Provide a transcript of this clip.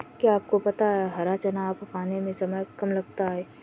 क्या आपको पता है हरा चना पकाने में समय कम लगता है?